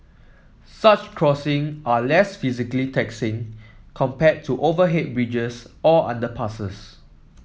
such crossing are less physically taxing compared to overhead bridges or underpasses